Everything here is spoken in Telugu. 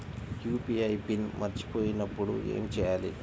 యూ.పీ.ఐ పిన్ మరచిపోయినప్పుడు ఏమి చేయాలి?